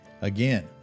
Again